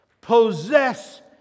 possess